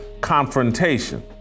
confrontation